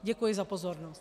Děkuji za pozornost.